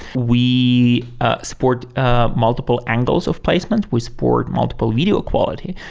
we ah support ah multiple angles of placement. we support multiple video quality.